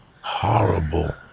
horrible